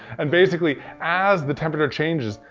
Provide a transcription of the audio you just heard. and basically, as the temperature changes,